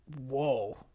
Whoa